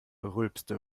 rülpste